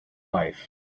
life